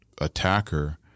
attacker